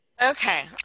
Okay